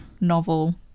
novel